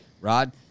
Rod